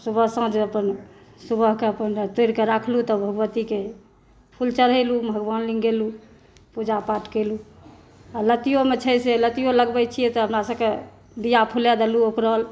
सुबह साँझ अपन सुबहके अपन तोरिक राखलहुॅं तब भगवतीके फूल चढ़ेलहुॅं भगवान लग गेलहुॅं पूजा पाठ कएलहुॅं आ लत्तियोमे छै से लत्तियो लगबै छियै तब हमरासभके बिया फुलै देलहुॅं ओकर